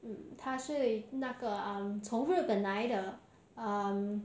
她是那个 uh 从日本来的